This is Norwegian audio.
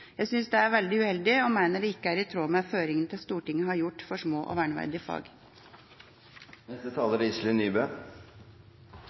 Jeg synes det er veldig uheldig, og mener det ikke er i tråd med føringer Stortinget har lagt for små og verneverdige fag.